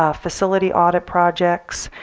ah facility audit projects,